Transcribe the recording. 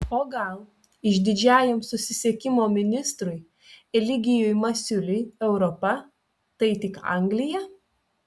o gal išdidžiajam susisiekimo ministrui eligijui masiuliui europa tai tik anglija